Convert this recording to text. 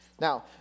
Now